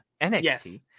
NXT